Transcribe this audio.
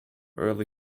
early